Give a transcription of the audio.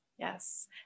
Yes